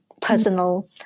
personal